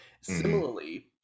Similarly